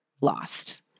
lost